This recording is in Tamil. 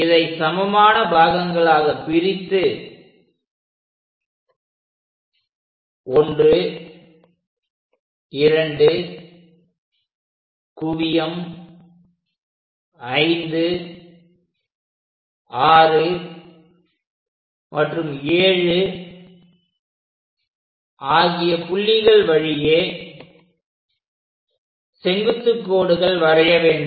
இதை சமமான பாகங்களாக பிரித்து 12 குவியம்56 மற்றும் 7 ஆகிய புள்ளிகள் வழியே செங்குத்துக் கோடுகள் வரைய வேண்டும்